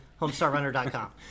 homestarrunner.com